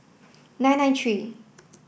nine nine three